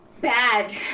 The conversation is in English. bad